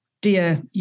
dear